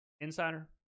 Insider